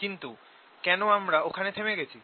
কিন্তু কেন আমরা ওখানে থেমে গেছি